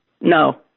No